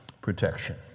protection